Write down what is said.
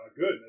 Good